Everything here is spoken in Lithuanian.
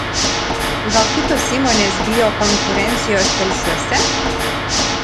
gal kitos įmonės bijo konkurencijos telšiuose